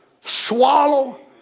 Swallow